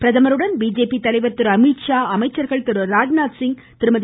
பிரதமருடன் பிஜேபி தலைவர் திரு அமித்ஷா அமைச்சர்கள் திரு ராஜ்நாத்சிங் திருமதி